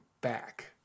back